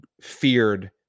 feared